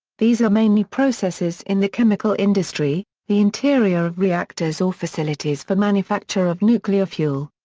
these are mainly processes in the chemical industry, the interior of reactors or facilities for manufacture of nuclear fuel.